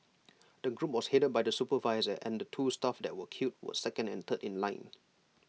the group was headed by the supervisor and the two staff that were killed were second and third in line